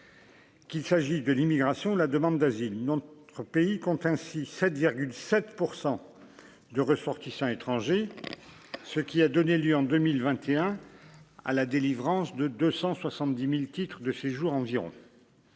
Qu'il s'agit de l'immigration, la demande d'asile dans d'autres pays compte ainsi 7 7 % de ressortissants étrangers, ce qui a donné lieu en 2021 à la délivrance de 270000 titres de séjour environ.